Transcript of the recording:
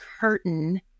curtain